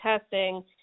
testing